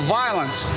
violence